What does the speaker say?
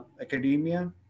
academia